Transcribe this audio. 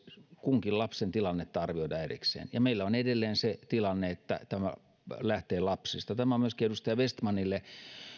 kunkin lapsen tilannetta arvioida erikseen meillä on edelleen se tilanne että tämä lähtee lapsista tämä on myöskin edustaja vestmanille